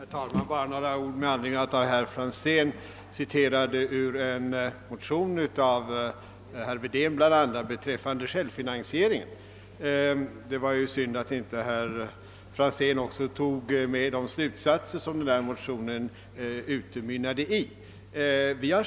Herr talman! Bara några ord med anledning av att herr Franzén i Motala citerade ur en motion av bl.a. herr Wedén om företagens självfinansiering. Det var ju synd att herr Franzén inte också tog upp de slutsatser som denna motion utmynnade i.